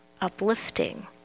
uplifting